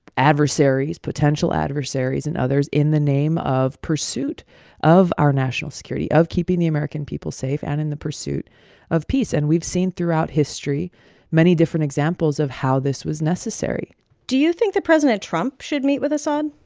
adversaries, potential adversaries and others, in the name of pursuit of our national security, of keeping the american people safe and in the pursuit of peace. and we've seen throughout history many different examples of how this was necessary do you think that president trump should meet with assad?